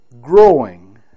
growing